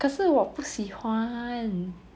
可是我不喜欢